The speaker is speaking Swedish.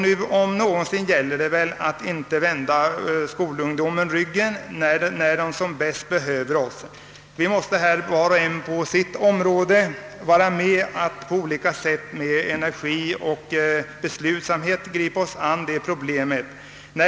Nu om någonsin gäller det att vi inte vänder skolungdomen ryggen när den som bäst behöver oss. Vi måste var och en på sitt område med energi och beslutsamhet gripa oss an med problemet.